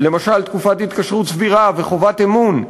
למשל תקופת התקשרות סבירה וחובת אמון,